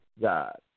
God